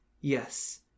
yes